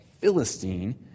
Philistine